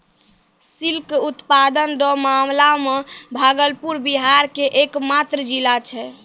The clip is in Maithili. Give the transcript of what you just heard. सिल्क उत्पादन रो मामला मे भागलपुर बिहार के एकमात्र जिला छै